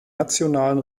nationalen